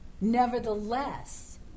Nevertheless